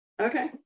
Okay